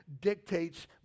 dictates